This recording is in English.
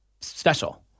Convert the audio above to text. special